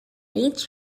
each